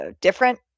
different